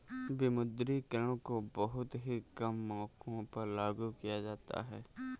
विमुद्रीकरण को बहुत ही कम मौकों पर लागू किया जाता है